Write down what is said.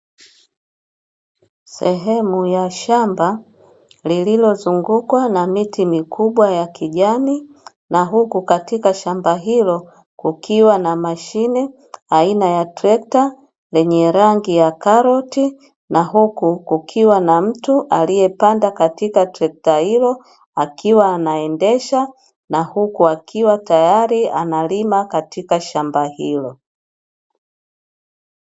Sehemu ya shamba lililozungukwa na miti mikubwa ya kijani na huku katika shamba hilo kukiwa na mashine aina ya trekta, lenye rangi ya karoti na huku kukiwa na mtu aliyepanda katika trekta hilo, akiwa anaendesha na huku akiwa tayari analima katika shamba hilo.